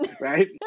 right